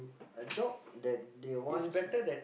a job that they wants